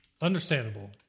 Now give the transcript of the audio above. Understandable